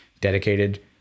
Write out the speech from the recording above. dedicated